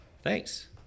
Thanks